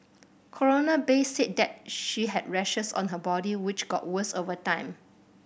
Coroner Bay said that she had rashes on her body which got worse over time